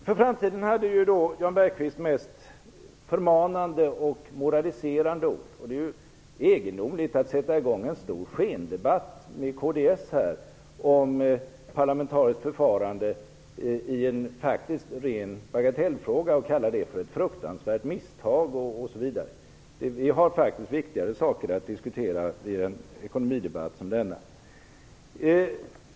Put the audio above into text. För framtiden hade Jan Bergqvist mest förmanande och moraliserande ord. Det är ju egendomligt att sätta i gång en stor skendebatt med kds om parlamentariskt förfarande i en ren bagatellfråga och kalla det för ett fruktansvärt misstag osv. Vi har faktiskt viktigare saker att diskutera i en ekonomidebatt som denna.